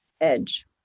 edge